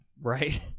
Right